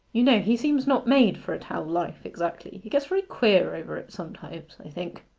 you know, he seems not made for a town life exactly he gets very queer over it sometimes, i think.